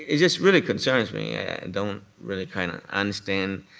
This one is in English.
ah just really concerns me. i don't really kind of understand